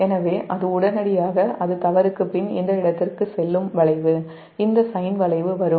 எனவே அது உடனடியாக அது தவறுக்குப் பின் இந்த இடத்திற்குச் செல்லும் இந்த சைன் வளைவு வரும்